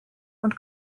und